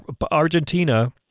Argentina